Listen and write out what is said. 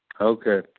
Okay